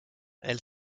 elle